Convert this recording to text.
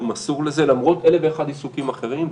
הוא מסור לזה, למרות אלף ואחד עיסוקים אחרים.